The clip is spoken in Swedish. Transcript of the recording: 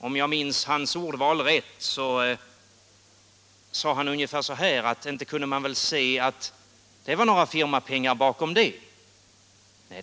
Om jag minns hans ordval rätt sade han ungefär så att inte kan man väl se att det var några firmapengar bakom det arrangemanget.